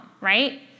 right